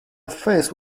face